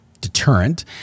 deterrent